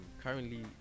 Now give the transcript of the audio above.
currently